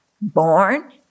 born